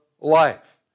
life